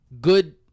good